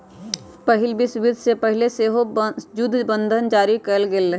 पहिल विश्वयुद्ध से पहिले सेहो जुद्ध बंधन जारी कयल गेल हइ